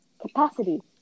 capacity